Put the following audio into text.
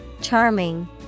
Charming